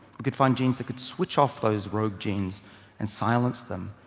we could find genes that could switch off those rogue genes and silence them.